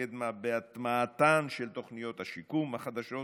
תתמקדנה בהטמעתן של תוכניות השיקום החדשות